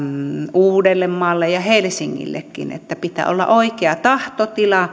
uudellemaalle ja helsingillekin että pitää olla oikea tahtotila